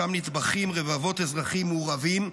שם נטבחים רבבות אזרחים מורעבים,